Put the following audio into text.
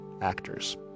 actors